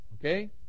Okay